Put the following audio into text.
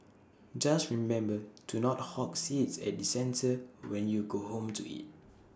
just remember to not hog seats at the centre when you go home to eat